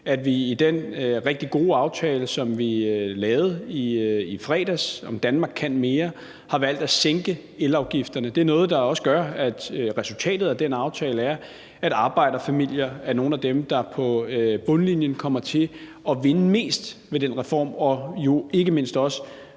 at vi i den rigtig gode aftale, som vi lavede i fredags – »Danmark kan mere« – har valgt at sænke elafgifterne. Det er også noget, der gør, at resultatet af den aftale er, at arbejderfamilier er nogle af dem, der på bundlinjen kommer til at vinde mest ved den reform og jo ikke mindst også